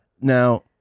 Now